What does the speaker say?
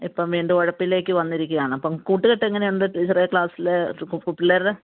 ഇപ്പം വീണ്ടും ഉഴപ്പിലേക്ക് വന്നിരിക്കുകയാണ് അപ്പം കൂട്ടുകെട്ട് എങ്ങനെയുണ്ട് ടീച്ചറേ ക്ലാസ്സില് പിള്ളേരുടെ